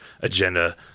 agenda